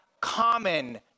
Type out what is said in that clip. common